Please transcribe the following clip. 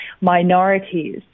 minorities